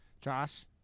Josh